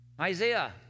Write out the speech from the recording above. Isaiah